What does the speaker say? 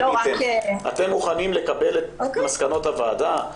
אתם מוכנים לקבל את מסקנות הוועדה?